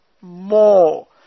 more